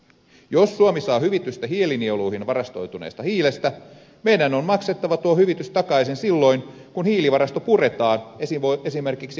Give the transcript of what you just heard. jos suomi saa hyvitystä hiilinieluihin varastoituneesta hiilestä meidän on maksettava tuo hyvitys takaisin silloin kun hiilivarasto puretaan esimerkiksi hakevoimalan kattilassa